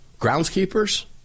groundskeepers